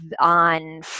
on